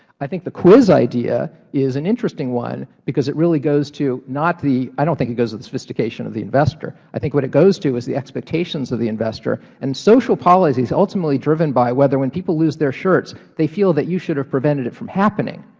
i think the quiz idea is an interesting one because it really goes to not the i don't think it goes to the sophistication of the investor. i think what it goes to is the expectations of the investor, and social policy is ultimately driven by whether when people lose their shirt, they feel that you should have prevented it from happening.